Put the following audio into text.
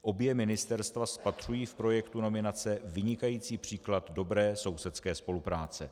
Obě ministerstva spatřují v projektu nominace vynikající příklad dobré sousedské spolupráce.